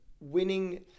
winning